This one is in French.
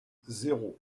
zéro